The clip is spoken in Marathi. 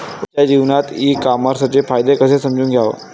रोजच्या जीवनात ई कामर्सचे फायदे कसे समजून घ्याव?